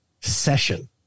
session